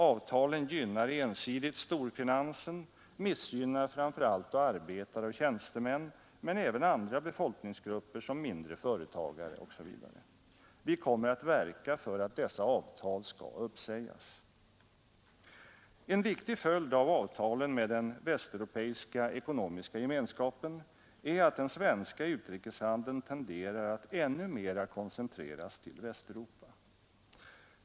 Avtalen gynnar ensidigt storfinansen, missgynnar framför allt arbetare och tjänstemän men även andra befolkningsgrupper såsom mindre företagare etc. Vi kommer att verka för att dessa avtal skall uppsägas. En viktig följd av avtalen med den västeuropeiska ekonomiska gemenskapen är att den svenska utrikeshandeln tenderar att ännu mera koncentreras till Västeuropa.